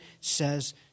says